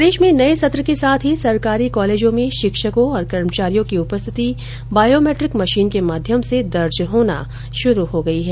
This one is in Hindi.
प्रदेश में नए सत्र के साथ ही सरकारी कॉलेजों में शिक्षकों और कर्मचारियों की उपस्थिति बायोमेट्रिक मशीन के माध्यम से दर्ज होना शुरु हो गई है